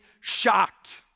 shocked